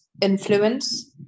influence